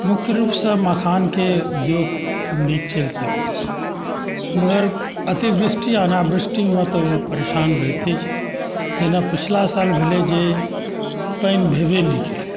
मुख्यरूपसँ मखानके उद्योग खूब नीक चलि सकै छै मगर अतिवृष्टि अनावृष्टिमे तऽ ओ परेशान रहिते छै जेना पछिला साल भेलै जे पानि भेबे नहि केलै